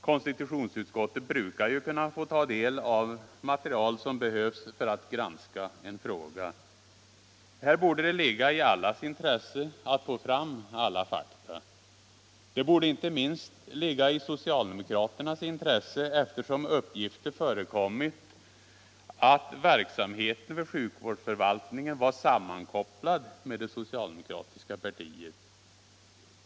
Konstitutionsutskottet brukar ju kunna få ta del av material som behövs för att granska en fråga. Här borde det ligga i allas intresse att få fram alla fakta. Det borde inte minst ligga i socialdemokraternas intresse eftersom uppgifter förekommit att verksamheten vid sjukvårdsförvaltningen var sammankopplad med det socialdemokratiska partiet.